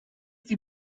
die